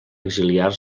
exiliar